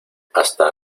hasta